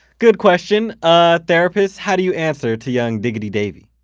good question! ah therapists, how do you answer to young diggity davey?